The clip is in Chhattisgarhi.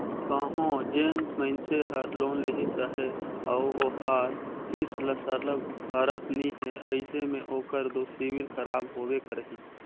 कहों जेन मइनसे हर लोन लेहिस अहे अउ ओहर किस्त ल सरलग भरत नी हे अइसे में ओकर दो सिविल खराब होबे करही